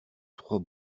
trois